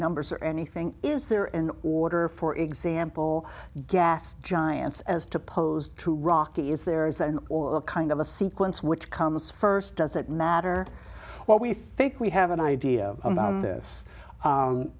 numbers or anything is there in order for example gas giants as to pose to rocky is there is that all kind of a sequence which comes first does it matter what we think we have an idea of this